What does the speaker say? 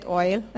oil